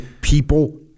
people